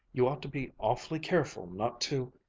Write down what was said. you ought to be awfully careful not to